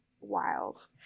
Wild